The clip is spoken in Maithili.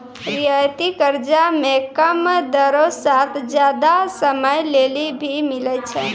रियायती कर्जा मे कम दरो साथ जादा समय लेली भी मिलै छै